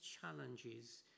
challenges